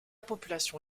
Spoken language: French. population